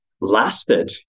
lasted